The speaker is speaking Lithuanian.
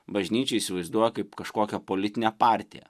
bažnyčią įsivaizduoja kaip kažkokią politinę partiją